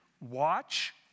watch